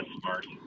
smart